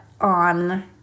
on